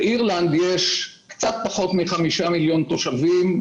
באירלנד יש קצת פחות מחמישה מיליון תושבים,